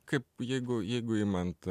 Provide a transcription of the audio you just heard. kaip jeigu jeigu imant